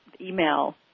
email